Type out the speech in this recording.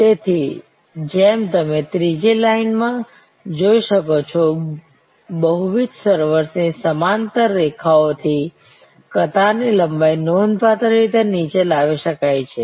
તેથી જેમ તમે ત્રીજી લાઇનમાં જોઈ શકો છો બહુવિધ સર્વર્સ ની સમાંતર રેખાઓથી કતારની લંબાઈ નોંધપાત્ર રીતે નીચે લાવી શકાય છે